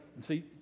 See